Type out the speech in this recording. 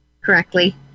correctly